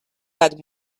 had